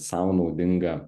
sau naudinga